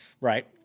Right